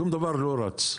שום דבר לא רץ,